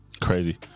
Crazy